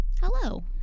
Hello